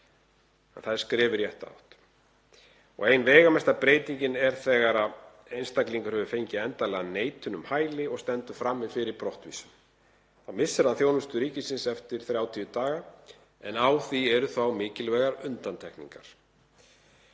er skref í rétta átt. Ein veigamesta breytingin er að þegar einstaklingur hefur fengið endanlega neitun um hæli og stendur frammi fyrir brottvísun þá missir hann þjónustu ríkisins eftir 30 daga. Á því eru þó mikilvægar undantekningar